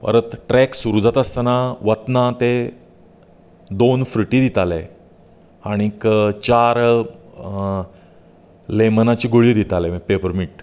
परत ट्रेक सुरू जाता आसतना वतना तें दोन फ्रुटी दिताले आनीक चार लेमनाच्यो गुळयो दितालें पेपरमिंट